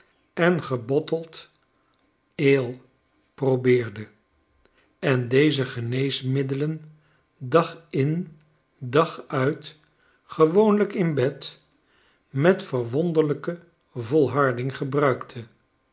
en gebotteld ale probeerde en deze geneesmiddelen dag in dag uit gewoonlijk in bed met verwonderlijke volhardinggebruikte